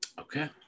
Okay